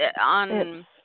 on